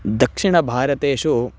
दक्षिणभारतेषु